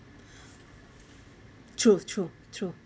true true true